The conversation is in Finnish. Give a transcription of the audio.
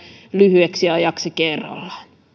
lyhyeksi ajaksi kerrallaan